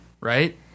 right